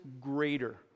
greater